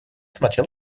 смотрел